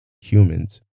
humans